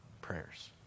prayers